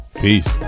Peace